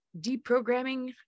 deprogramming